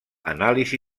anàlisi